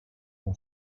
però